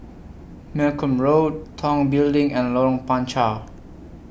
Malcolm Road Tong Building and Lorong Panchar